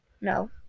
No